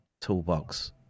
toolbox